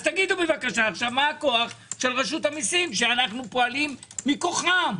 אז תגידו בבקשה מה הכוח של רשות המיסים שאנחנו פועלים מכוחם.